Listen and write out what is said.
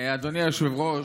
אדוני היושב-ראש,